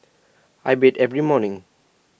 I bathe every morning